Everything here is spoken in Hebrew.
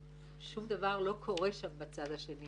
שום דבר לא קורה שם בצד השני